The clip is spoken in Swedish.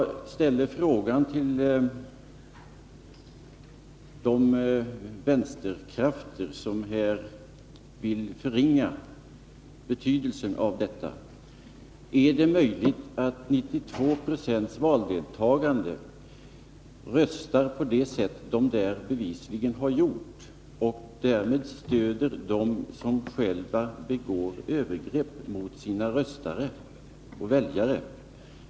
Jag vände mig till de vänsterkrafter som här vill förringa betydelsen av detta. Är det — med utgångspunkt i detta 92-procentiga valdeltagande — möjligt att man röstar på det sätt som man bevisligen har gjort och därmed stöder dem som själva begår övergrepp mot sina väljare?